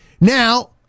Now